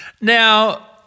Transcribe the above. Now